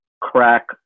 crack